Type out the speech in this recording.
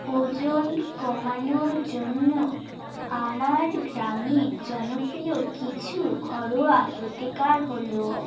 ওজন কমানোর জন্য আমার গ্রামে জনপ্রিয় কিছু ঘরোয়া প্রতিকার হলো